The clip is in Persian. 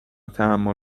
تحمل